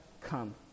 come